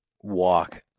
walk